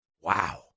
Wow